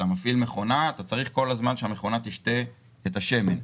אתה מפעיל מכונה ואתה צריך כל הזמן שהמכונה תשתה את השמן.